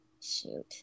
shoot